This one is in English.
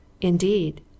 Indeed